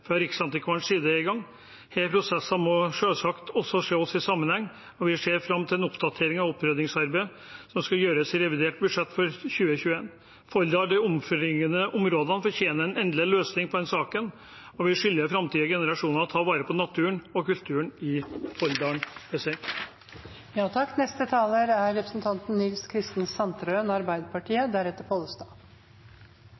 Riksantikvarens side er i gang. Disse prosessene må selvsagt også ses i sammenheng, og vi ser fram til en oppdatering av oppryddingsarbeidet som skal gjøres i revidert budsjett for 2021. Folldal og de omliggende områdene fortjener en endelig løsning på denne saken, og vi skylder framtidige generasjoner å ta vare på naturen og kulturen i Folldal. Takk til saksordføreren for en god redegjørelse. Dette er